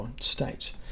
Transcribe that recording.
state